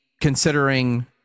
considering